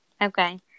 Okay